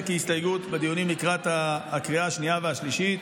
כהסתייגות בדיונים לקראת הקריאה השנייה והשלישית,